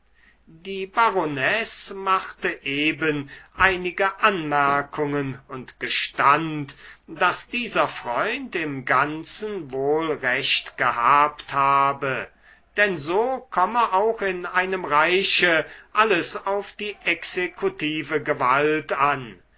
die baronesse machte eben einige anmerkungen und gestand daß dieser freund im ganzen wohl recht gehabt habe denn so komme auch in einem reiche alles auf die exekutive gewalt an